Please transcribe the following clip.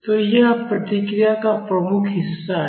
तो यह प्रतिक्रिया का प्रमुख हिस्सा है